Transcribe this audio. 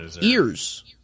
ears